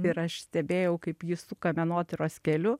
ir aš stebėjau kaip ji suka menotyros keliu